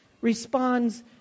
responds